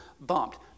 bumped